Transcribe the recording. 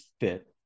fit